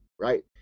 right